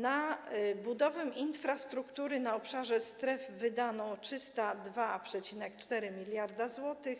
Na budowę infrastruktury na obszarze stref wydano 302,4 mld zł,